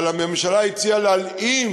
אבל הממשלה הציעה להלאים